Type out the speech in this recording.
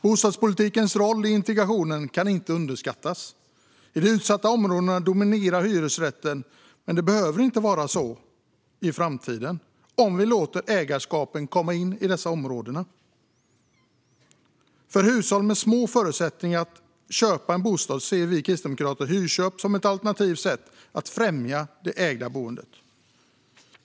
Bostadspolitikens roll i integrationen kan inte överskattas. I de utsatta områdena dominerar hyresrätten, men det behöver inte vara så i framtiden om vi låter ägarskapen komma in i områdena. För hushåll med små förutsättningar att köpa en bostad ser vi kristdemokrater hyrköp som ett alternativt sätt att främja det ägda boendet.